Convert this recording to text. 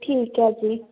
ਠੀਕ ਹੈ ਜੀ